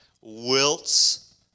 wilts